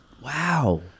wow